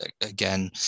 again